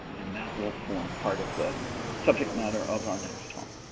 and that will form part of the subject matter of our next talk.